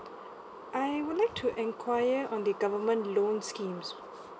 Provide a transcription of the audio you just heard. I would like to enquire on the government loan schemes